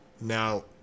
Now